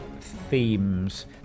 themes